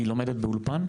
היא לומדת באולפן?